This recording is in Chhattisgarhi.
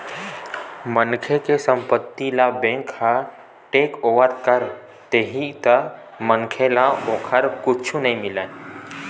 मनखे के संपत्ति ल बेंक ह टेकओवर कर लेही त मनखे ल ओखर कुछु नइ मिलय